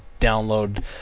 download